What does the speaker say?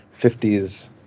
50s